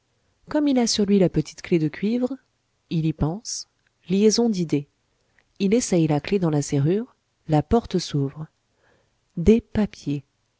comme il a sur lui la petite clef de cuivre il y pense liaison d'idées il essaye la clef dans la serrure la porte s'ouvre des papiers